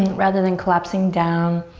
rather than collapsing down.